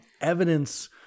Evidence